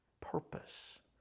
purpose